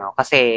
kasi